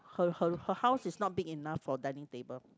her her her house is not big enough for dining table